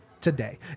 today